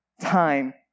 time